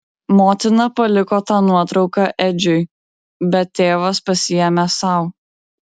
motina paliko tą nuotrauką edžiui bet tėvas pasiėmė sau